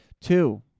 Two